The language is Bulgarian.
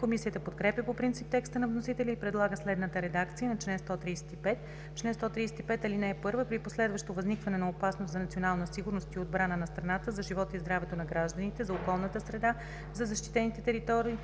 Комисията подкрепя по принцип текста на вносителя и предлага следната редакция на чл. 135: „Чл. 135. (1) При последващо възникване на опасност за националната сигурност и отбраната на страната, за живота и здравето на гражданите, за околната среда, за защитените територии,